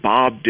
Bob